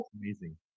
Amazing